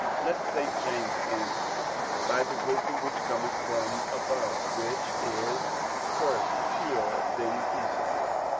let st. james answer by the wisdom which cometh from above, which is first pure, then peaceable.